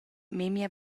memia